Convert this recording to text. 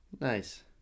Nice